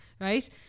right